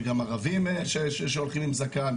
יש גם ערבים שהולכים עם זקן,